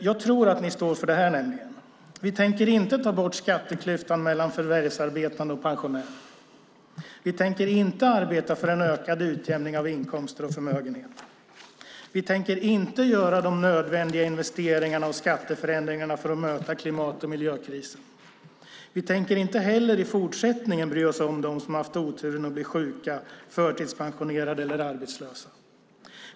Jag tror nämligen att ni står för det här: Vi tänker inte ta bort skatteklyftan mellan förvärvsarbetande och pensionärer. Vi tänker inte arbeta för en ökad utjämning av inkomster och förmögenheter. Vi tänker inte göra de nödvändiga investeringarna och skatteförändringarna för att möta klimat och miljökrisen. Vi tänker inte heller i fortsättningen bry oss om dem som har haft oturen att bli sjuka, förtidspensionerade eller arbetslösa.